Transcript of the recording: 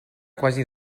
quasi